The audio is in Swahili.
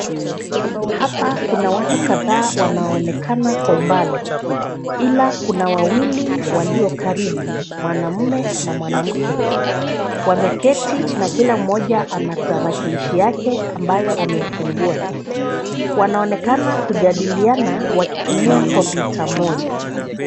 Hapa kuna watu kadhaa wanaonekana kwa umbali ila kuna wawili walio karibu, mwanamume na mwanamke. Wameketi na kila mmoja ana tarakilishi yake ambayo ameifungua. Wanaonekana kujadiliana wakitumia kompyuta moja.